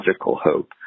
hope